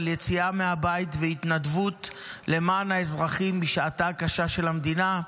על יציאה מהבית והתנדבות למען האזרחים בשעתה הקשה של המדינה.